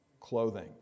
clothing